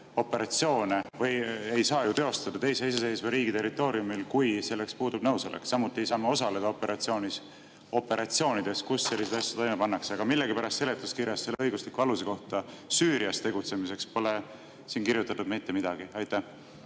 operatsioone ei saa ju teostada teise iseseisva riigi territooriumil, kui selleks puudub nõusolek. Samuti ei saa me osaleda operatsioonides, kus selliseid asju toime pannakse. Millegipärast seletuskirjas pole õigusliku aluse kohta Süürias tegutsemiseks kirjutatud mitte midagi. Suur